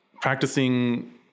practicing